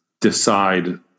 decide